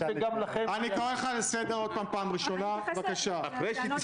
זו הפעם הראשונה מאז התחיל המשבר הנוראי הזה שקם קבינט ברמה ממשלתית,